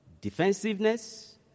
defensiveness